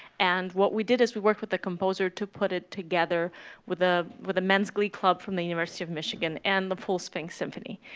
and what we did was we worked with the composer to put it together with ah with the men's glee club from the university of michigan and the full sphinx symphony.